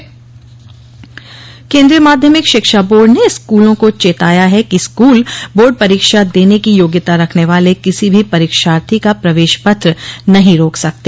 परामर्श केंद्रीय माध्यमिक शिक्षा बोर्ड ने स्कूलों को चेताया है कि स्कूल बोर्ड परीक्षा देने की योग्यता रखने वाले किसी भी परीक्षार्थी का प्रवेश पत्र नहीं रोका सकते